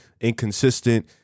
inconsistent